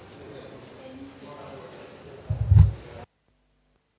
Hvala